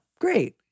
Great